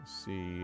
See